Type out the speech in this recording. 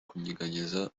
kunyeganyeza